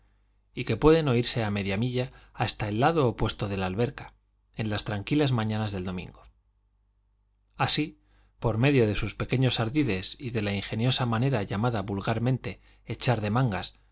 y que pueden oírse a media milla hasta el lado opuesto de la alberca en las tranquilas mañanas del domingo así por medio de sus pequeños ardides y de la ingeniosa manera llamada vulgarmente echar de mangas